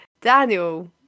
daniel